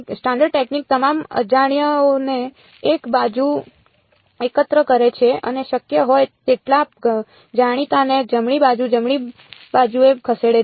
standard technique તમામ અજાણ્યાઓને એક બાજુ એકત્ર કરે છે અને શક્ય હોય તેટલા જાણીતાને જમણી બાજુ જમણી બાજુએ ખસેડે છે